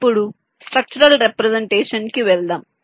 ఇప్పుడు structural representation కి వెళ్దాం